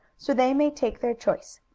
so they may take their choice.